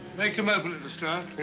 make him open and so